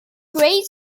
grade